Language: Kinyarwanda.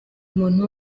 umuntu